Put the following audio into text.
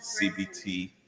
CBT